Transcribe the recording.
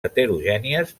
heterogènies